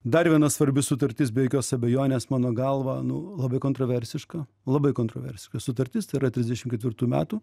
dar viena svarbi sutartis be jokios abejonės mano galva nu labai kontroversiška labai kontroversiška sutartis tai yra trisdešim ketvirtų metų